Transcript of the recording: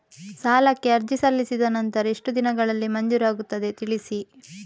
ಸಾಲಕ್ಕೆ ಅರ್ಜಿ ಸಲ್ಲಿಸಿದ ನಂತರ ಎಷ್ಟು ದಿನಗಳಲ್ಲಿ ಮಂಜೂರಾಗುತ್ತದೆ ತಿಳಿಸಿ?